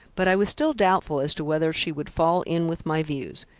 but i was still doubtful as to whether she would fall in with my views.